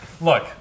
Look